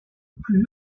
plus